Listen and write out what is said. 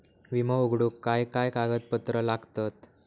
विमो उघडूक काय काय कागदपत्र लागतत?